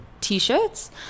T-shirts